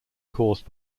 caused